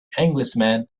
englishman